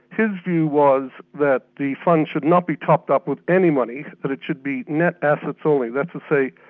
his view was that the funds should not be topped up with any money, that it should be net assets only that's to say,